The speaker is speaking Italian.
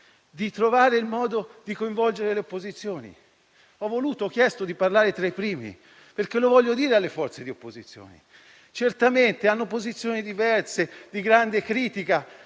di trovare il modo di coinvolgere le opposizioni. Ho chiesto di parlare tra i primi perché lo voglio dire alle forze di opposizione: certamente hanno posizioni diverse, di grande critica,